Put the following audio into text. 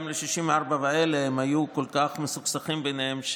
גם ה-64 האלה היו כל כך מסוכסכים ביניהם,